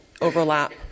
overlap